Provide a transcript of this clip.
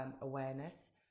awareness